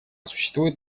существует